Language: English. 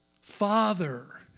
Father